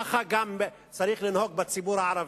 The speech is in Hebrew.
כך גם צריך לנהוג בציבור הערבי,